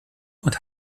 und